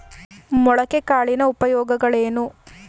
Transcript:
ಮೊಳಕೆ ಕಾಳಿನ ಉಪಯೋಗಗಳೇನು?